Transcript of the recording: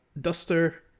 Duster